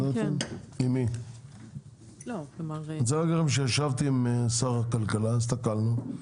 אני רוצה להגיד לכם שישבתי עם שר הכלכלה, הסתכלנו.